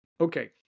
Okay